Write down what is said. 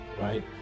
right